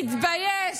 תתבייש.